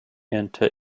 into